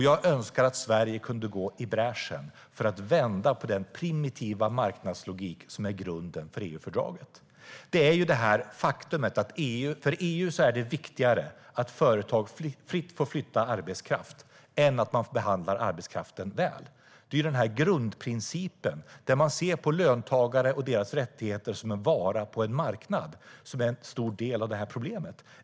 Jag önskar att Sverige kunde gå i bräschen för att vända på den primitiva marknadslogik som är grunden för EU-fördraget. För EU är det viktigare att företag fritt får flytta arbetskraft än att man behandlar arbetskraften väl. Det är grundprincipen att man ser på löntagare och deras rättigheter som en vara på en marknad som är en stor del av problemet.